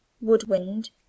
woodwind